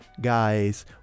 guys